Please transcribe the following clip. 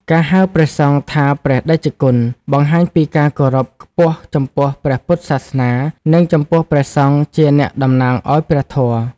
ការហៅព្រះសង្ឃថា ព្រះតេជគុណ បង្ហាញពីការគោរពខ្ពស់ចំពោះព្រះពុទ្ធសាសនា និងចំពោះព្រះសង្ឃជាអ្នកតំណាងឱ្យព្រះធម៌។